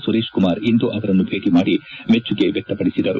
ಸುರೇಶ್ ಕುಮಾರ್ ಇಂದು ಅವರನ್ನು ಭೇಟ ಮಾಡಿ ಮೆಚ್ಚುಗೆ ವ್ಯಕ್ತಪಡಿಸಿದರು